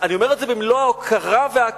אני אומר את זה במלוא ההוקרה וההכרה,